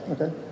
Okay